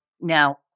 now